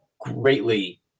greatly